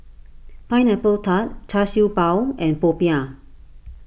Pineapple Tart Char Siew Bao and Popiah